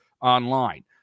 online